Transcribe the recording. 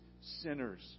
sinners